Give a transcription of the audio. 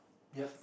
yup